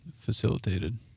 facilitated